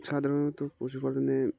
সাধারণত পশুপালনে